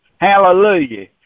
Hallelujah